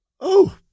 Oh